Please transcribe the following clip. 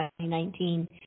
2019